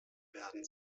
werden